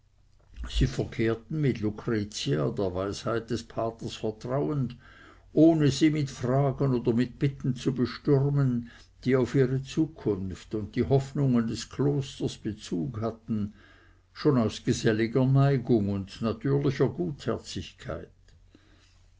sie verkehrten mit lucretia der weisheit des paters vertrauend ohne sie mit fragen oder mit bitten zu bestürmen die auf ihre zukunft und die hoffnungen des klosters bezug hatten schon aus geselliger neigung und natürlicher gutherzigkeit